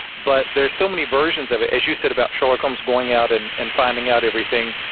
but there's so many versions of it, as you said about sherlock holmes going out and and finding out everything.